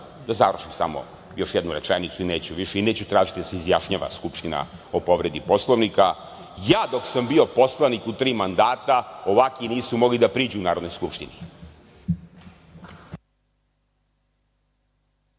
završim samo još jednu rečenicu i neću više i neću tražiti da se izjašnjava Skupština o povredi Poslovnika. Ja dok sam bio poslanik u tri mandata ovakvi nisu mogli da priđu Narodnoj skupštini.